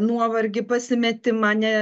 nuovargį pasimetimą ne